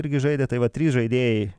irgi žaidė tai va trys žaidėjai